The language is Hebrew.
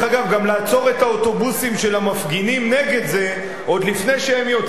גם לעצור את האוטובוסים של המפגינים נגד זה עוד לפני שהם יוצאים,